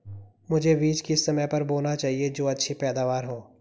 मुझे बीज किस समय पर बोना चाहिए जो अच्छी पैदावार हो?